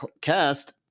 cast